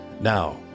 Now